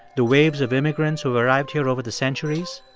the waves of immigrants who arrived here over the centuries?